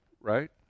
right